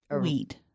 weed